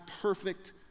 perfect